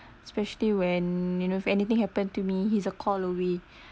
especially when you know if anything happen to me he's a call away